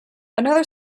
another